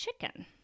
chicken